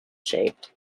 shaped